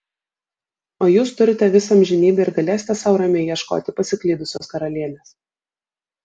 o jūs turite visą amžinybę ir galėsite sau ramiai ieškoti pasiklydusios karalienės